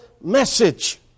message